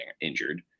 injured